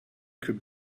could